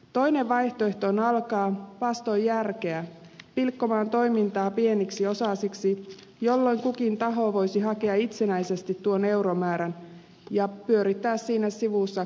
toinen vaihtoehto on alkaa vastoin järkeä pilkkomaan toimintaa pieniksi osasiksi jolloin kukin taho voisi hakea itsenäisesti tuon euromäärän ja pyörittää siinä sivussa kohtuutonta byrokratiaa